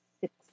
six